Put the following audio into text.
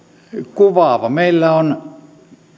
kuvaava meillä on